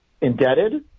indebted